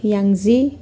Yangji